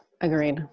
Agreed